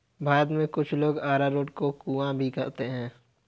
भारत में कुछ लोग अरारोट को कूया भी कहते हैं